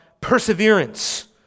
perseverance